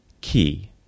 key